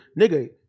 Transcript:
Nigga